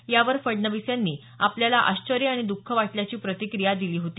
यावर फडणवीस यांनी आपल्याला आश्चर्य आणि दुःख वाटल्याची प्रतिक्रिया दिली होती